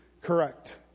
correct